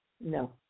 no